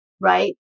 right